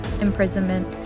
imprisonment